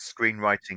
screenwriting